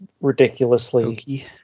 ridiculously